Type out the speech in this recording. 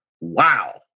Wow